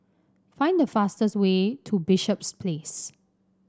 find the fastest way to Bishops Place